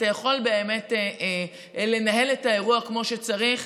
אתה יכול באמת לנהל את האירוע כמו שצריך.